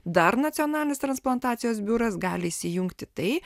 dar nacionalinis transplantacijos biuras gali įsijungti tai